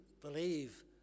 believe